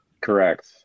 Correct